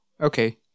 okay